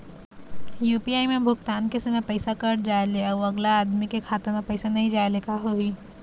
UPI म भुगतान के समय पैसा कट जाय ले, अउ अगला आदमी के खाता म पैसा नई जाय ले का होही?